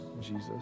Jesus